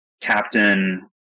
captain